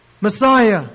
Messiah